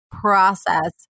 process